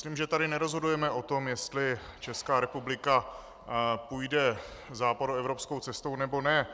Myslím, že tady nerozhodujeme o tom, jestli Česká republika půjde západoevropskou cestou, nebo ne.